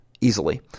easily